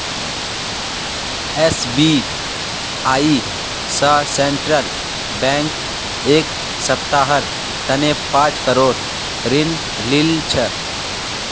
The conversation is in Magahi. एस.बी.आई स सेंट्रल बैंक एक सप्ताहर तने पांच करोड़ ऋण लिल छ